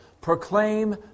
proclaim